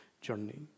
journey